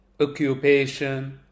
occupation